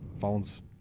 phone's